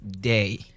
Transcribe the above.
day